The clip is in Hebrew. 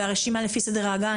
הרשימה לפי סדר ההגעה: